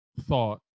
thought